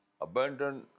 abandon